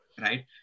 right